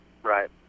Right